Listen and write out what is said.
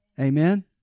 Amen